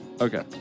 Okay